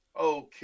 Okay